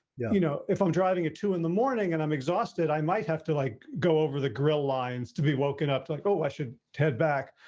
yeah you know, if i'm driving to in the morning and i'm exhausted, i might have to, like, go over the grill lines to be woken up, like, oh, i should head back.